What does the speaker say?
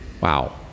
Wow